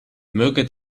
möge